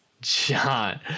John